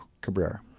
Cabrera